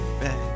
back